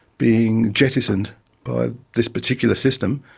being jettisoned by this particular system.